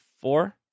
four